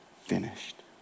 finished